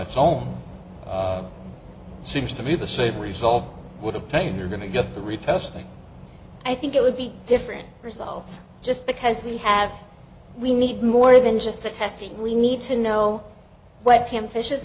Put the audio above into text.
its own seems to be the same result would a pain you're going to get the retesting i think it would be different results just because we have we need more than just the testing we need to know what kim fishes